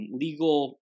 legal